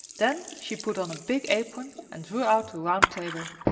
then she put on a big apron and drew out the round table.